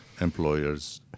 employers